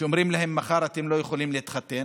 שאומרים להם: מחר אתם לא יכולים להתחתן.